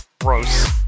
Gross